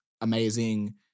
amazing